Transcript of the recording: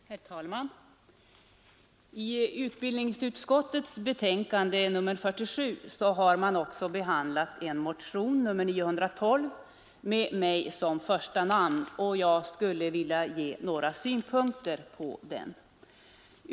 Herr talman! I utbildningsutskottets betänkande 1973:47 behandlas bl.a. motionen 912, där jag står som första namn, och jag skulle vilja anföra några synpunkter med anledning av den motionen.